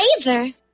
flavor